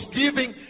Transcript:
giving